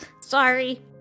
sorry